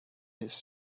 his